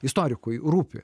istorikui rūpi